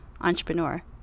entrepreneur